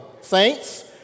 saints